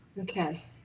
okay